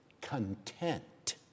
content